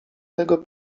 tego